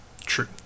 True